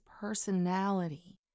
personality